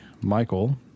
Michael